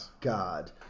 God